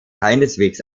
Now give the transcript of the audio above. keineswegs